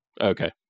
Okay